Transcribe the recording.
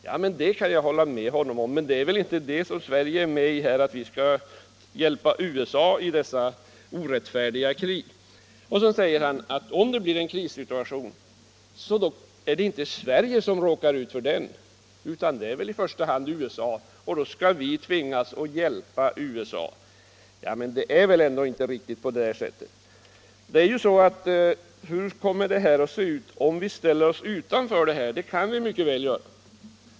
Jag kan hålla med honom i dessa hans beskrivningar, men det är ju inte fråga om att Sverige skall hjälpa USA i dessa orättfärdiga krig. Så säger herr Svensson, att om det blir en krissituation är det inte Sverige som i första hand råkar ut för den utan USA, och då skall vi tvingas att hjälpa USA. Riktigt på det sättet är det väl ändå inte. Hur kommer det att se ut om vi ställer oss utanför detta avtal, vilket vi mycket väl kan göra?